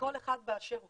לכל אחד באשר הוא,